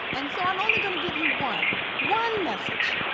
and so i'm only going to give you one one message.